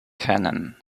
kennen